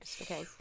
okay